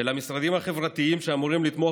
של המשרדים החברתיים שאמורים לתמוך